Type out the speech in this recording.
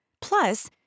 Plus